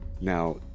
Now